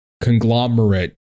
conglomerate